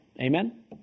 Amen